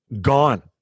gone